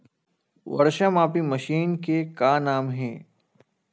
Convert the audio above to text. वर्षा मापी मशीन के का नाम हे?